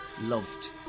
loved